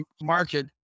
market